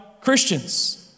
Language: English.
Christians